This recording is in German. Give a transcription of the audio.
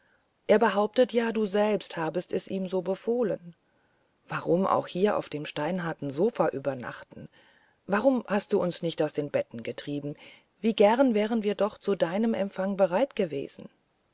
er behauptet ja du selbst habest es ihm so befohlen warum auch hier auf dem steinharten sofa übernachten warum hast du uns nicht aus den betten getrieben wie gern wären wir doch zu deinem empfang bereit gewesen